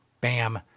Bam